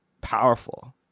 powerful